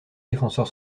défenseur